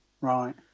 Right